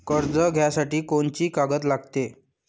कर्ज घ्यासाठी कोनची कागद लागते?